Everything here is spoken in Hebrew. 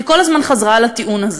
היא כל הזמן חזרה על הטיעון הזה.